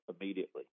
immediately